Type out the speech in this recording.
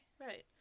Right